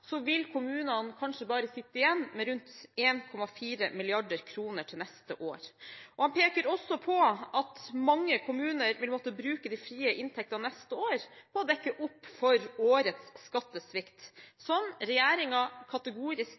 så vil kommunene kanskje bare sitte igjen med rundt 1,4 mrd. kr til neste år. Han peker også på at mange kommuner vil måtte bruke de frie inntektene neste år til å dekke opp for årets skattesvikt, som regjeringen kategorisk